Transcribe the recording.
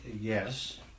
yes